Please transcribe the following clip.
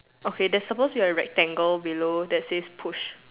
okay there's supposed to be a rectangle below that says push